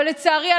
אבל לצערי,